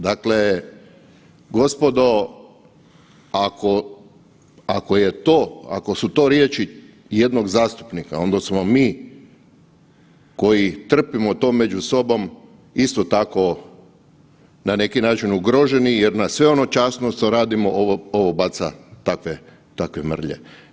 Dakle, gospodo ako su to riječi jednog zastupnika onda smo mi koji trpimo to među sobom isto tako na neki način ugroženi jer nas sve ono časno što radimo ovo baca takve mrlje.